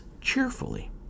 cheerfully